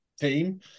team